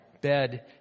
bed